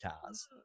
cars